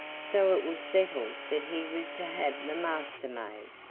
so it was settled that he was to have the master-maid.